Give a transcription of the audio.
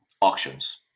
auctions